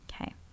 Okay